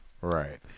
right